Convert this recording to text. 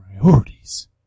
priorities